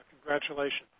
congratulations